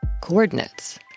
coordinates